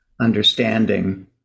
understanding